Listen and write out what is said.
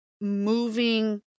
moving